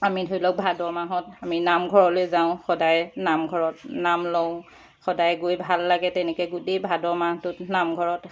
আমি ধৰি লওক ভাদ মাহত আমি নাম ঘৰলৈ যাওঁ সদায় নাম ঘৰত নাম লওঁ সদায় গৈ ভাল লাগে তেনেকৈ গোটেই ভাদ মাহটোত নাম ঘৰত